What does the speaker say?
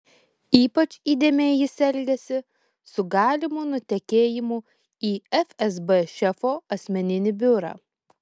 ypač įdėmiai jis elgėsi su galimu nutekėjimu į fsb šefo asmeninį biurą